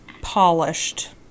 polished